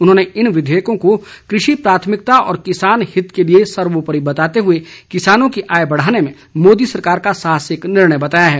उन्होंने इन विधेयकों को कृषि प्राथमिकता और किसान हित के लिए सर्वोपरी बताते हुए किसानों की आय बढ़ाने में मोदी सरकार का साहसिक निर्णय बताया है